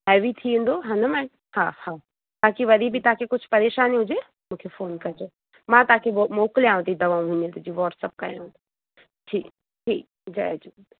heavy थी वेंदो हा न मैडम हा हा बाक़ी वरी बि तव्हांखे कुझु परेशानी हुजे मूंखे फ़ोन कजो मां तव्हांखे मो मोकिलियांव थी दवाऊं हींअर जूं वॉट्स्प कयांव ठीकु ठीकु जय झूले